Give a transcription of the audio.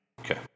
Okay